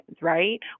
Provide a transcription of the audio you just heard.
right